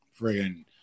friggin